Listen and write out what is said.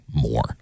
more